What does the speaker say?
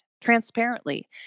transparently